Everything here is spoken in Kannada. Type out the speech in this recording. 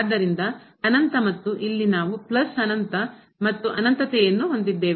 ಆದ್ದರಿಂದ ಅನಂತ ಮತ್ತು ಇಲ್ಲಿ ನಾವು ಪ್ಲಸ್ ಅನಂತ ಮತ್ತು ಅನಂತತೆಯನ್ನು ಹೊಂದಿದ್ದೇವೆ